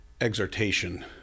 exhortation